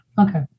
Okay